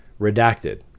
Redacted